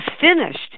finished